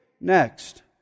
Next